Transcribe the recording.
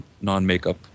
non-makeup